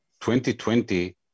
2020